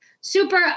super